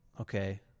okay